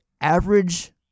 average